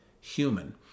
human